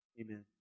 Amen